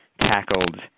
Tackled